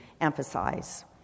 emphasize